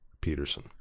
Peterson